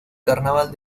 carnaval